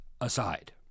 aside